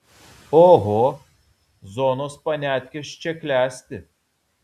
oho zonos paniatkės čia klesti